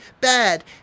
bad